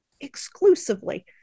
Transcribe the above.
exclusively